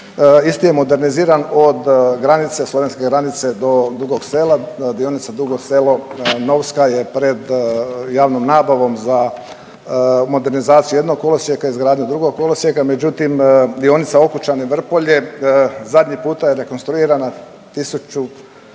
Isti je moderniziran od granice, slovenske granice do Dugog Sela, dionica Dugo Selo – Novska je pred javnom nabavom za modernizaciju jednog kolosijeka, izgradnju drugog kolosijeka. Međutim, dionica Okučani – Vrpolje zadnji puta je rekonstruirana 1978.